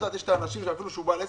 יש אנשים שאפילו שהוא בעל עסק,